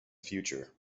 future